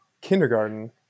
kindergarten